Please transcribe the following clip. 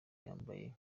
yambaye